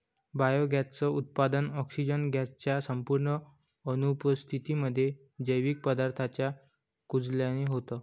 biogas च उत्पादन, oxygen gas च्या संपूर्ण अनुपस्थितीमध्ये, जैविक पदार्थांच्या कुजल्याने होतं